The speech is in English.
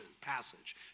passage